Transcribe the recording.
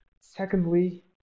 Secondly